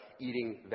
eating